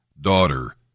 Daughter